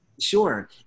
Sure